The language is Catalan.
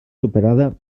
superada